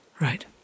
Right